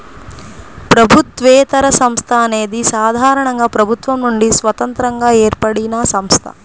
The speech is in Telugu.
ప్రభుత్వేతర సంస్థ అనేది సాధారణంగా ప్రభుత్వం నుండి స్వతంత్రంగా ఏర్పడినసంస్థ